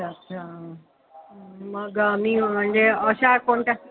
अच्छा अच्छा मग मी म्हणजे अशा कोणत्या